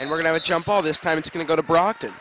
and we're going to jump all this time it's going to go to brockton